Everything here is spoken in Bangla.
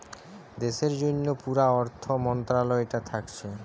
দেশের জন্যে পুরা অর্থ মন্ত্রালয়টা থাকছে